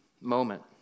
moment